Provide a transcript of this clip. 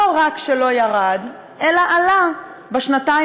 רק כדי להיות מובלים משם לשחיטה.